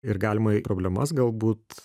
ir galima ir problemas galbūt